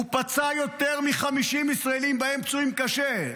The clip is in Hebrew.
הוא פצע יותר מ-50 ישראלים, ובהם פצועים קשה.